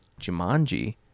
Jumanji